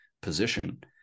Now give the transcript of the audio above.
position